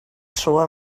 tro